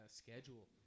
schedule